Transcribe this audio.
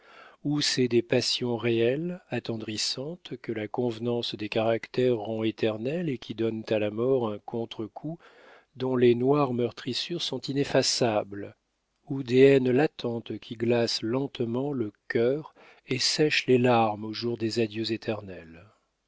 ou c'est des passions réelles attendrissantes que la convenance des caractères rend éternelles et qui donnent à la mort un contre-coup dont les noires meurtrissures sont ineffaçables ou des haines latentes qui glacent lentement le cœur et sèchent les larmes au jour des adieux éternels